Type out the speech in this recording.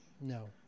No